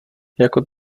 jako